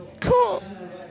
Cool